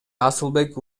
асылбек